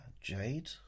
Jade